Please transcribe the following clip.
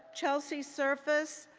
chelsea surface,